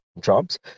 jobs